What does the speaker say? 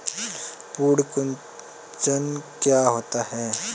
पर्ण कुंचन क्या होता है?